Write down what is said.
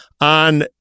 On